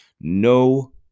no